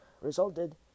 resulted